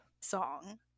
song